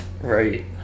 Right